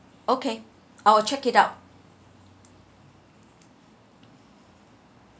okay I'll check it out